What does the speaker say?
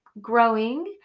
growing